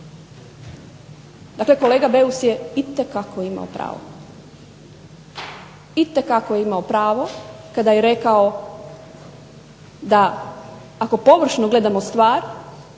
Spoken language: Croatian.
Dakle, kolega Beus je itekako imao pravo. Itekako je imao pravo kada je rekao da ako površno gledamo stvar,